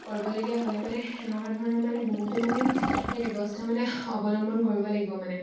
কৰিবলগীয়া হ'লে মানে এনেকুৱা ধৰণৰ মানে বহুতো মানে ব্যৱস্থা মানে অৱলম্বন কৰিব লাগিব মানে